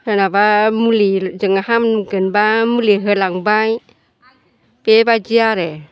सोरनाबा मुलिजोंनो हामगोनब्ला मुलि होलांबाय बेबायदि आरो